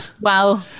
Wow